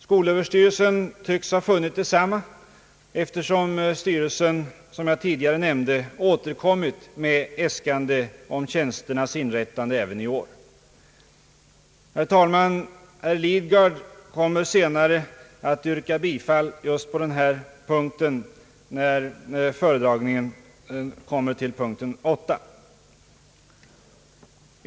Skolöverstyrelsen tycks ha funnit detsamma, eftersom styrelsen, som jag tidigare nämnde, återkommit även i år med äskande om tjänsternas inrättande. Herr talman! Herr Lidgard kommer att framställa yrkande i den här frågan, när föredragningen kommer till punkten 8.